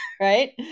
right